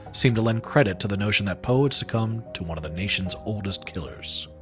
seem to lend credit to the notion that poe had succumbed to one of the nation's oldest killers.